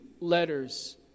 letters